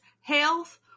health